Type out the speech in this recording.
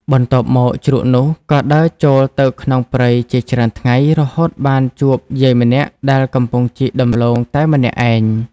បន្ទាប់មកជ្រូកនោះក៏ដើរចូលទៅក្នុងព្រៃជាច្រើនថ្ងៃ រហូតបានជួបយាយម្នាក់ដែលកំពុងជីកដំឡូងតែម្នាក់ឯង។